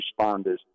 responders